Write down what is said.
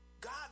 God